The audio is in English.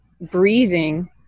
breathing